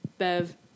Bev